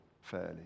fairly